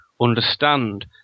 understand